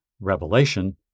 Revelation